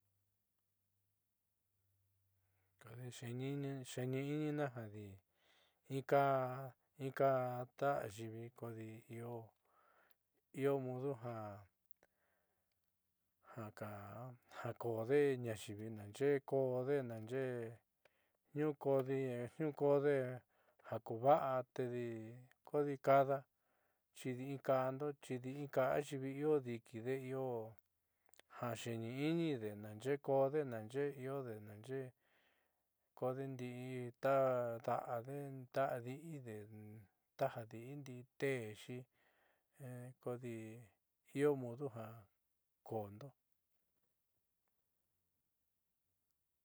Kodi xeeni'inina jadi inkaa inka'a ta ayiivi kodi io io mudo ja ja ko'ode ñaayiivi naaxe'e ko'ode naaxe'e niuu koode niuu koode ja kuva'a tedi kodi kada chidi inka'ando chidininka io diikide io ja xeeni'ini de naaxe'e koode naaye'e iiode naaxe'e koode kidii ta da'ade ta adi'ide taja adi'i ndii te'exi kodi i'io mudu ja ko'ondo.